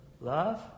Love